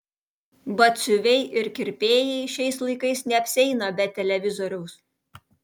batsiuviai ir kirpėjai šiais laikais neapsieina be televizoriaus